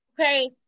Okay